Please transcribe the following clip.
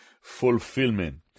fulfillment